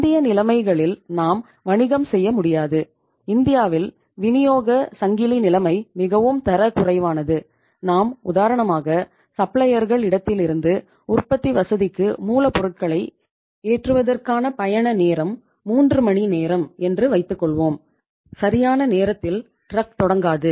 இந்திய நிலைமைகளில் நாம் வணிகம் செய்ய முடியாது இந்தியாவில் விநியோக சங்கிலி நிலைமை மிகவும் தர குறைவானது நாம் உதாரணமாக சப்ளையர்கள் தொடங்காது